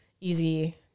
Easy